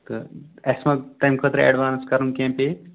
تہٕ اَسہِ مَہ تَمہِ خٲطرٕ اٮ۪ڈوانٕس کَرُن کیٚنہہ پے